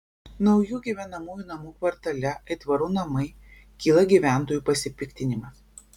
naujų gyvenamųjų namų kvartale aitvarų namai kyla gyventojų pasipiktinimas